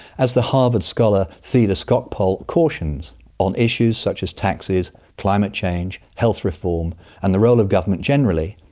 as the harvard scholar theda skocpol cautions on issues such as taxes, climate change, health reform and the role of government generally,